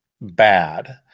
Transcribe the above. bad